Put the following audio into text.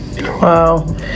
wow